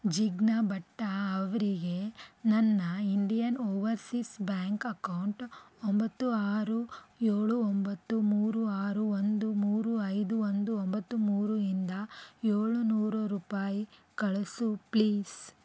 ಜಿಗ್ನಾ ಭಟ್ಟ ಅವರಿಗೆ ನನ್ನ Indian Overseas Bank account ಒಂಬತ್ತು ಆರು ಏಳು ಒಂಬತ್ತು ಮೂರು ಆರು ಒಂದು ಮೂರು ಐದು ಒಂದು ಒಂಬತ್ತು ಮೂರು ಇಂದ ಏಳು ನೂರು ರೂಪಾಯಿ ಕಳಿಸು ಪ್ಲೀಸ್